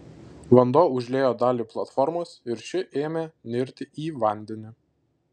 vanduo užliejo dalį platformos ir ši ėmė nirti į vandenį